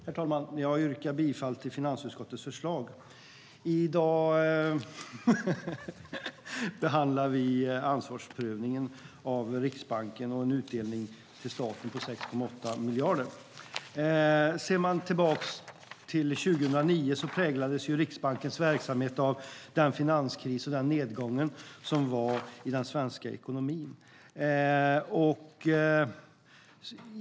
Herr talman! Jag yrkar bifall till finansutskottets förslag. I dag behandlar vi ansvarsprövningen av Riksbanken och en utdelning till staten på 6,8 miljarder. Ser man tillbaka till 2009 präglades Riksbankens verksamhet av finanskrisen och nedgången i den svenska ekonomin.